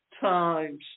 times